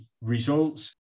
results